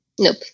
Nope